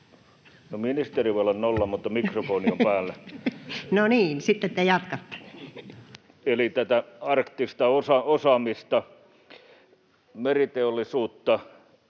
ministeri voi olla nolla, mutta mikrofoni on päällä. Eli tätä arktista osaamista, meriteollisuutta